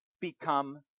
become